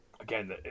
Again